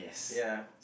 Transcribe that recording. ya